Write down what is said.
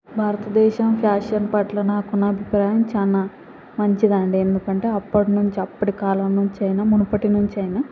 భారతదేశం ఫ్యాషన్ పట్ల నాకున్న అభిప్రాయం చాలా మంచిది అండి ఎందుకు అంటే అప్పటి నుంచి అప్పటి కాలం నుంచి అయినా మునుపటి నుంచి అయినా